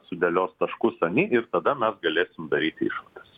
sudėlios taškusant i ir tada mes galėsim daryti išvadas